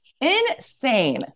Insane